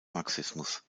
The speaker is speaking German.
marxismus